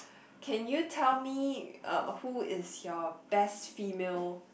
can you tell me uh who is your best female